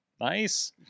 Nice